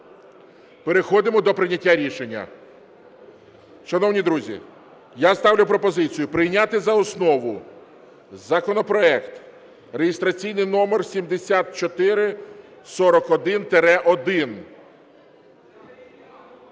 переходимо до прийняття рішення. Шановні друзі, я ставлю пропозицію прийняти за основу законопроект реєстраційний номер 7441-1.